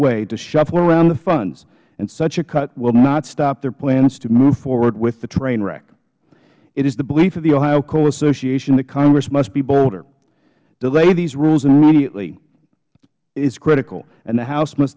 way to shuffle around the funds and such a cut will not stop their plans to move forward with the train wreck it is the belief of the ohio coal association that congress must be bolder delay these rules immediately it is critical and the house must